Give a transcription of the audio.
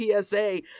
PSA